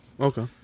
okay